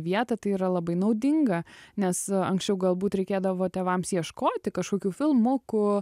vietą tai yra labai naudinga nes anksčiau galbūt reikėdavo tėvams ieškoti kažkokių filmukų